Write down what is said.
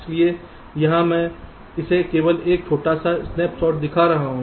इसलिए यहां मैं इसे केवल एक छोटा सा स्नैप शॉट दिखा रहा हूं